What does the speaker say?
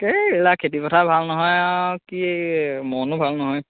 এই এইবিলাক খেতি পথাৰ ভাল নহয় আৰু কি মনো ভাল নহয়